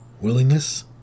Willingness